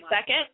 second